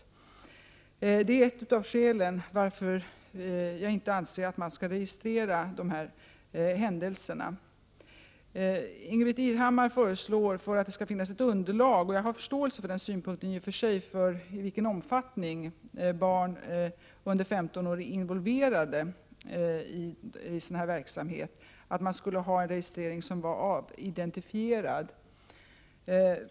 Detta är ett av skälen till att jag inte anser att man skall registrera de här händelserna. Ingbritt Irhammar föreslår, för att det skall finnas ett underlag för en bedömning av i vilken omfattning barn under 15 år är involverade i sådan här verksamhet, att man skulle ha en registrering som var avidentifierad. Jag har i och för sig förståelse för den synpunkten.